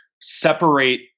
separate